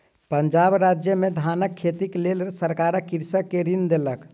पंजाब राज्य में धानक खेतीक लेल सरकार कृषक के ऋण देलक